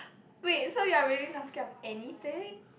wait so you are really not scared of anything